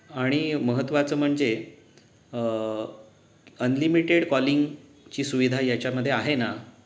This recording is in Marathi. अणि महत्वाचं म्हणजे अनलिमिटेड कॉलिंगची सुविधा याच्यामध्ये आहे ना